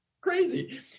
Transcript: crazy